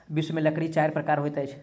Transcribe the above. विश्व में लकड़ी चाइर प्रकारक होइत अछि